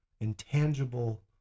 intangible